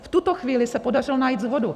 V tuto chvíli se podařilo najít shodu.